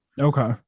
Okay